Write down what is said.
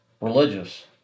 religious